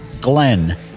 Glenn